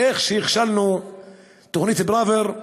איך שהכשלנו את תוכנית פראוור,